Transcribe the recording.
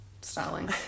styling